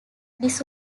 this